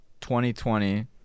2020